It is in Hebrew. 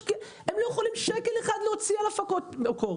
הם לא יכולים להוציא שקל אחד על הפקות מקור.